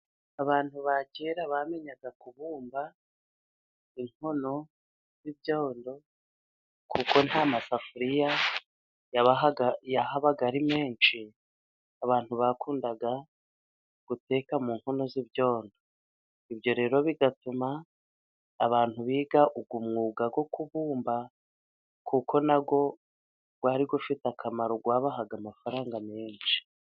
Abantu ba kera bamenyaga kubumba inkono z'ibyando, kuko nta masafuriya yahabaga ari menshi, abantu bakundaga guteka mu nkono z'ibyondo, ibyo rero bigatuma abantu biga uwo mwuga bwo kubumba kuko nawo wari ufite akamaro wabahaga amafaranga menshi.